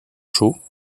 chauds